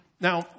Now